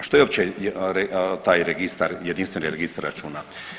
Što je uopće taj registar, jedinstveni registar računa?